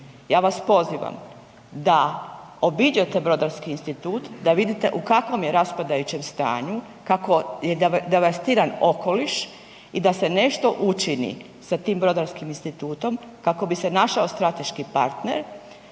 Ja vas pozivam da obiđete Brodarski institut da vidite u kakvom je raspadajućem stanju kako je devastiran okoliš i da se nešto učini sa tim Brodarskim institutom kako bi se našao strateški partner